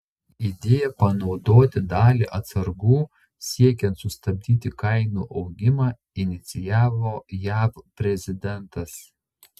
idėją panaudoti dalį atsargų siekiant sustabdyti kainų augimą inicijavo jav prezidentas